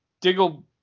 Diggle